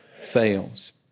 fails